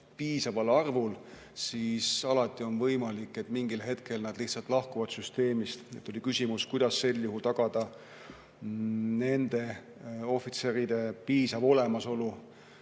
piisaval arvul, aga alati on võimalik, et mingil hetkel nad lihtsalt lahkuvad süsteemist. Tuli küsimus, kuidas sel juhul tagada ohvitseride piisav olemasolu,